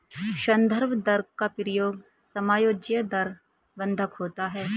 संदर्भ दर का प्रयोग समायोज्य दर बंधक होता है